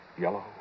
yellow